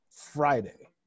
Friday